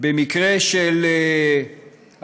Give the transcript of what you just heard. במקרה של החלטה